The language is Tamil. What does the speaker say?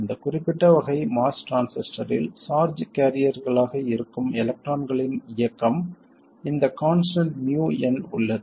இந்த குறிப்பிட்ட வகை MOS டிரான்சிஸ்டரில் சார்ஜ் கேரியர்களாக இருக்கும் எலக்ட்ரான்களின் இயக்கம் இந்த கான்ஸ்டன்ட் mu n உள்ளது